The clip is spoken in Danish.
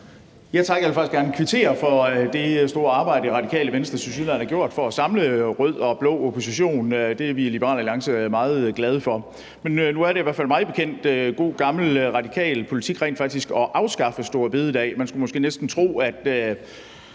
Jeg vil faktisk gerne kvittere for det store arbejde, Radikale Venstre tilsyneladende har gjort for at samle rød og blå opposition. Det er vi i Liberal Alliance meget glade for. Men nu er det i hvert fald mig bekendt god, gammel radikal politik rent faktisk at afskaffe store bededag, og man skulle måske næsten tro, at